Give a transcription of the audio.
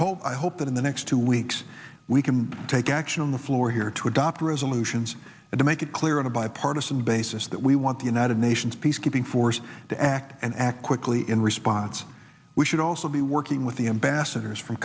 hold i hope that in the next two weeks we can take action on the floor here to adopt resolutions and to make it clear on a bipartisan basis that we want the united nations peacekeeping force to act and act quickly in response we should also be working with the ambassadors from